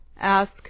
Ask